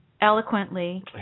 eloquently